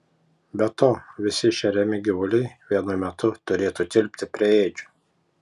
be to visi šeriami gyvuliai vienu metu turėtų tilpti prie ėdžių